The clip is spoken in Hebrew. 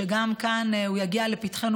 שגם כאן יגיע לפתחנו,